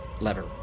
lever